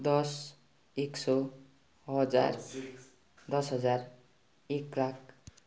दस एक सौ हजार दस हजार एक लाख